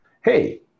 hey